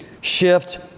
shift